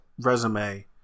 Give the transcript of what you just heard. resume